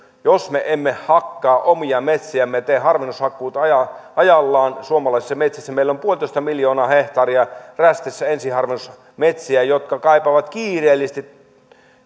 jos me emme hakkaa omia metsiämme ja tee harvennushakkuita ajallaan ajallaan suomalaisissa metsissä niin meillä on puolitoista miljoonaa hehtaaria rästissä ensiharvennusmetsiä jotka kaipaavat kiireellisesti